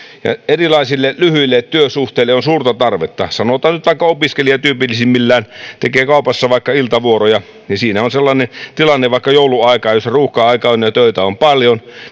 ja erilaisille lyhyille työsuhteille on suurta tarvetta sanotaan nyt vaikka opiskelija tyypillisimmillään tekee kaupassa vaikka iltavuoroja ja siinä on sellainen tilanne vaikka joulun aikaan jolloin ruuhka aika on ja töitä on paljon